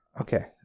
Okay